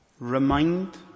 remind